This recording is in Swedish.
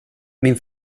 min